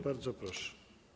Bardzo proszę.